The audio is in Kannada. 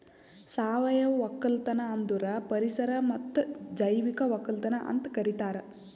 ಸಾವಯವ ಒಕ್ಕಲತನ ಅಂದುರ್ ಪರಿಸರ ಮತ್ತ್ ಜೈವಿಕ ಒಕ್ಕಲತನ ಅಂತ್ ಕರಿತಾರ್